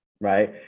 right